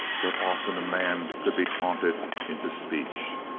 but often a man could be taunted into speech.